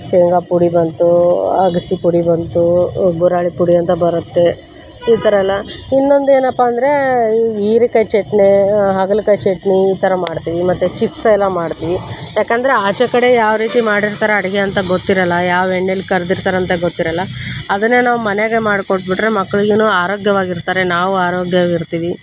ಶೇಂಗಾಪುಡಿ ಬಂತು ಅಗ್ಸೆಪುಡಿ ಬಂತು ಗುರಾಳಿಪುಡಿ ಅಂತ ಬರುತ್ತೆ ಈ ಥರ ಎಲ್ಲ ಇನ್ನೊಂದೇನಪ್ಪ ಅಂದರೆ ಈಗ ಹೀರಿಕಾಯ್ ಚಟ್ನಿ ಹಾಗಲ್ಕಾಯಿ ಚಟ್ನಿ ಈ ಥರ ಮಾಡ್ತೀವಿ ಮತ್ತು ಚಿಪ್ಸ್ ಎಲ್ಲ ಮಾಡ್ತೀವಿ ಯಾಕಂದ್ರೆ ಆಚೆ ಕಡೆ ಯಾವ ರೀತಿ ಮಾಡಿರ್ತಾರ ಅಡುಗೆ ಅಂತ ಗೊತ್ತಿರೋಲ್ಲ ಯಾವ ಎಣ್ಣೆಲಿ ಕರಿದಿರ್ತಾರಂತ ಗೊತ್ತಿರೋಲ್ಲ ಅದನ್ನೇ ನಾವು ಮನೆಗೇ ಮಾಡಿಕೊಟ್ಬಿಟ್ರೆ ಮಕ್ಳಿಗೂನು ಆರೋಗ್ಯವಾಗಿರ್ತಾರೆ ನಾವೂ ಆರೋಗ್ಯವಾಗಿರ್ತೀವಿ